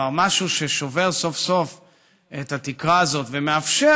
כלומר משהו ששובר סוף-סוף את התקרה הזאת ומאפשר